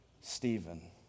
Stephen